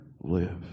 live